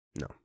No